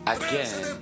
again